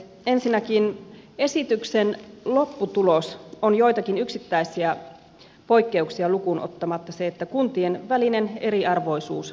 ensinnäkin esityksen lopputulos on joitakin yksittäisiä poikkeuksia lukuun ottamatta se että kuntien välinen eriarvoisuus lisääntyy